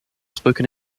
spoken